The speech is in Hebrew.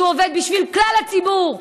שהוא עובד בשביל כלל הציבור,